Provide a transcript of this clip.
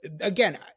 again